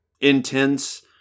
intense